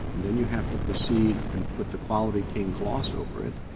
and then you have to proceed and put the quality king gloss over it